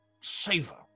savor